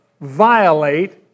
violate